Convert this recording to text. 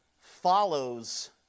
follows